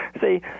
see